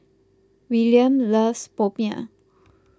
Willian loves Popiah